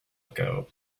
ago